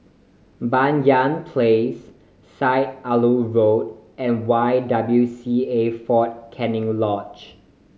Banyan Place Syed Alwi Road and Y W C A Fort Canning Lodge